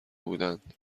بودند